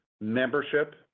Membership